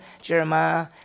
Jeremiah